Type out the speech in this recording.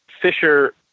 Fisher